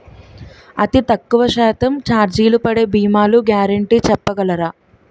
అతి తక్కువ శాతం ఛార్జీలు పడే భీమాలు గ్యారంటీ చెప్పగలరా?